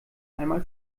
einmal